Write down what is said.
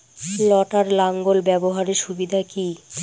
লটার লাঙ্গল ব্যবহারের সুবিধা কি?